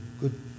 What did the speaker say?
good